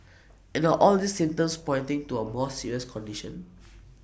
and the all these symptoms pointing to A more serious condition